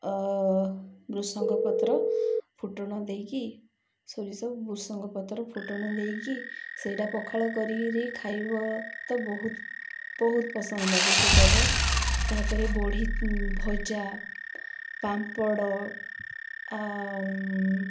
ଭ୍ରୂଷଙ୍ଗ ପତ୍ର ଫୁଟଣ ଦେଇକି ସୋରିଷ ସବୁ ଭ୍ରୂଷଙ୍ଗ ପତ୍ର ଫୁଟଣ ଦେଇକରି ସେଇଟା ପଖାଳ କରିକରି ଖାଇବ ତ ବହୁତ ବହୁତ ପସନ୍ଦ ଲାଗେ ସେ ଜାକ ତାପରେ ବଢ଼ି ଭଜା ପାମ୍ପଡ଼